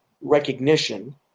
recognition